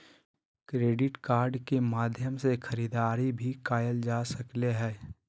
credit card के माध्यम से खरीदारी भी कायल जा सकले हें